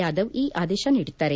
ಯಾದವ್ ಈ ಆದೇಶ ನೀಡಿದ್ದಾರೆ